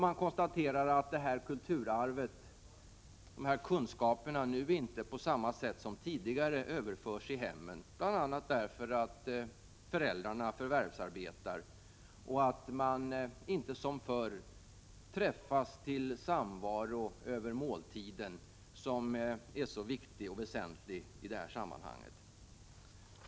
Man konstaterar att detta kulturarv och dessa kunskaper nu inte på samma sätt som tidigare överförs i hemmen, bl.a. därför att föräldrarna förvärvsarbetar och familjen inte som förr träffas till samvaro över måltiden, något som är viktigt och väsentligt i detta sammanhang.